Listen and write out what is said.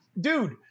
dude